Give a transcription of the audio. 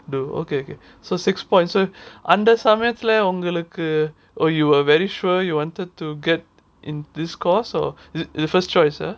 do okay so six points so அந்த சமயத்துல:andha samayathula oh you are very sure you wanted to get in this course or the your first choice ah